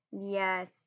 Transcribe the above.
yes